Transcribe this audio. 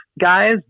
guys